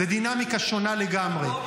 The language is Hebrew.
זו דינמיקה שונה לגמרי.